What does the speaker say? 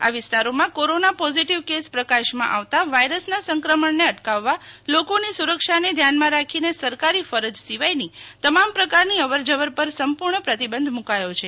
આ વિસ્તારોમાં corona positive case પ્રકાશમાં આવતા વાયરસના સંક્રમણને અટકાવવા લોકોની સુરક્ષાને ધ્યાને રાખીને સરકારી ફરજ સિવાયની તમામ પ્રકારની અવર જવર પર સંપૂર્ણ પ્રતિબંધ મુકાયો છે